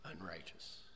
unrighteous